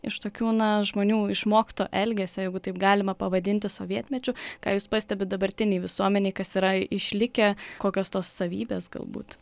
iš tokių na žmonių išmokto elgesio jeigu taip galima pavadinti sovietmečiu ką jūs pastebit dabartinėj visuomenėj kas yra išlikę kokios tos savybės galbūt